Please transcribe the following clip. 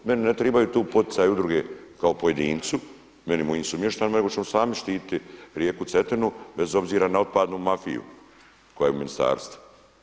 Meni ne tribaju tu poticaji udruge kao pojedincu, meni i mojim sumještanima nego ćemo sami štiti rijeku Cetinu bez obzira na otpadnu mafiju koja je u ministarstvu.